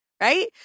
right